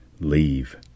leave